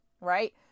right